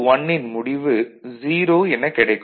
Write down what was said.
1 ன் முடிவு 0 எனக் கிடைக்கும்